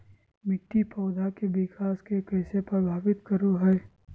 मिट्टी पौधा के विकास के कइसे प्रभावित करो हइ?